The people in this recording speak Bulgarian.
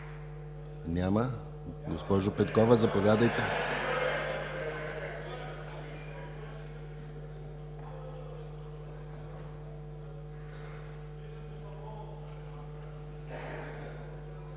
Госпожо Петкова, заповядайте.